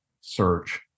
search